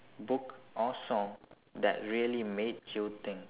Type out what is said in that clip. book or song that really made you think